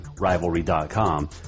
Rivalry.com